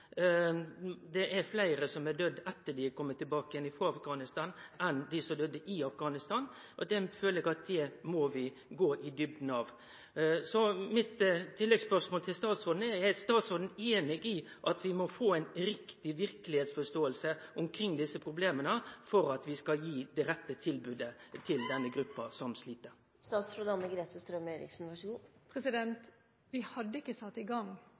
Det er fleire som har døydd etter at dei har kome tilbake frå Afghanistan enn dei som døydde i Afghanistan. Det føler eg vi må gå i djupna på. Så mitt tilleggsspørsmål til statsråden er: Er statsråden einig i at vi må få ei riktig verkelegheitsforståing av desse problema for at vi skal gi det rette tilbodet til den gruppa som slit? Vi hadde ikke satt i gang denne store undersøkelsen hvis ikke vi var interessert i